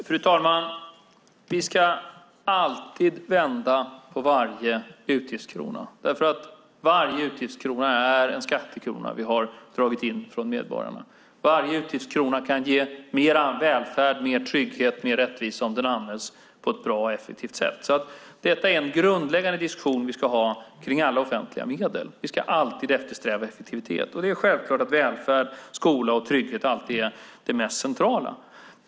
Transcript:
Fru talman! Vi ska alltid vända på varje utgiftskrona eftersom varje utgiftskrona är en skattekrona som vi dragit in från medborgarna. Varje utgiftskrona kan ge mer välfärd, mer trygghet, mer rättvisa om den används på ett bra och effektivt sätt. Detta är en grundläggande diskussion som vi ska ha om alla offentliga medel. Vi ska alltid eftersträva effektivitet, och det är självklart att välfärd, skola och trygghet alltid är det mest centrala.